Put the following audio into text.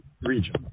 region